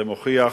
זה מוכיח,